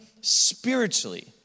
spiritually